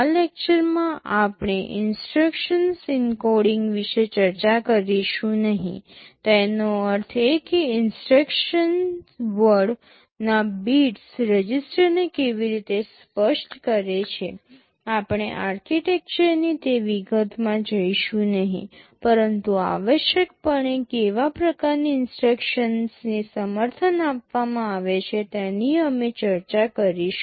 આ લેક્ચરમાં આપણે ઇન્સટ્રક્શન એન્કોડિંગ વિશે ચર્ચા કરીશું નહીં તેનો અર્થ એ કે ઇન્સટ્રક્શન વર્ડ ના બિટ્સ રજિસ્ટરને કેવી રીતે સ્પષ્ટ કરે છે આપણે આર્કિટેક્ચરની તે વિગતમાં જઈશું નહીં પરંતુ આવશ્યકપણે કેવા પ્રકારની ઇન્સટ્રક્શન્સને સમર્થન આપવામાં આવે છે તેની અમે ચર્ચા કરીશું